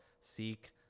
seek